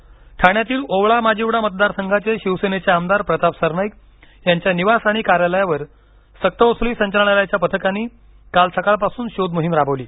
प्रताप सरनाईक ठाण्यातील ओवळा माजिवडा मतदार संघाचे शिवसेनेचे आमदार प्रताप सरनाईक यांच्या निवास आणि कार्यालयावर सक्तवसुली संचालनालयाच्या पथकांनी काल सकाळपासून शोध मोहीम राबविली